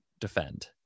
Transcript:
defend